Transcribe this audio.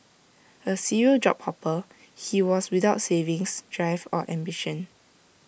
A serial job hopper he was without savings drive or ambition